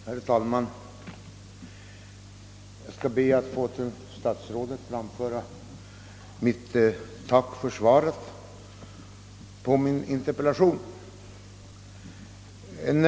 Herr talman! Jag ber att till statsrådet få framföra ett tack för svaret på min interpellation.